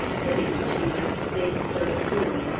pity that she must fade so soon!